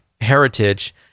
heritage